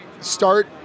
start